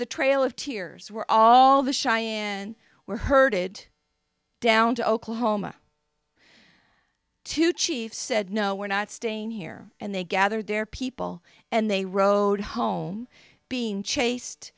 the trail of tears were all the shy in were herded down to oklahoma to chief said no we're not staying here and they gathered their people and they rode home being chased